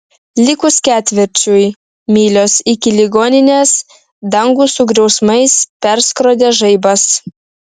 likus ketvirčiui mylios iki ligoninės dangų su griausmais perskrodė žaibas